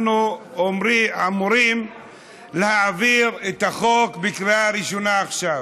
אנחנו אמורים להעביר את החוק בקריאה ראשונה עכשיו,